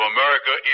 America